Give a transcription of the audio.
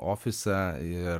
ofisą ir